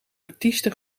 artiesten